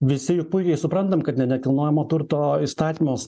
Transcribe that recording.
visi puikiai suprantam kad ne nekilnojamo turto įstatymas